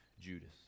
Judas